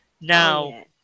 Now